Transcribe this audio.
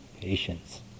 patience